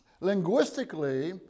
Linguistically